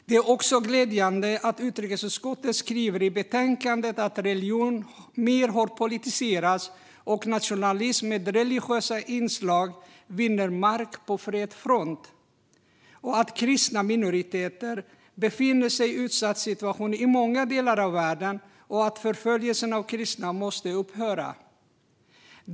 Det är också glädjande att utrikesutskottet skriver i betänkandet att religion politiseras mer, att nationalism med religiösa inslag vinner mark på bred front, att kristna minoriteter befinner sig i en utsatt situation i många delar av världen och att förföljelsen av kristna måste upphöra.